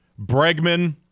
Bregman